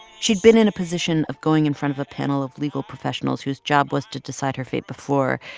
she'd been in a position of going in front of a panel of legal professionals whose job was to decide her fate before,